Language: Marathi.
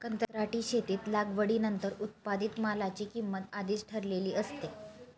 कंत्राटी शेतीत लागवडीनंतर उत्पादित मालाची किंमत आधीच ठरलेली असते